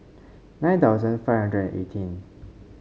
nine thousand five hundred eighteen